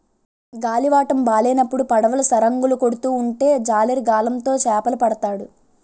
గాలివాటము బాలేనప్పుడు పడవలు సరంగులు కొడుతూ ఉంటే జాలరి గాలం తో చేపలు పడతాడు